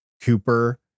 Cooper